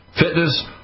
Fitness